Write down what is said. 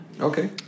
Okay